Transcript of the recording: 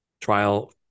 trial